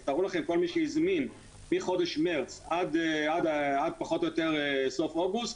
אז תארו לכם שכל מי שהזמין מחודש מרץ עד פחות או יותר סוף אוגוסט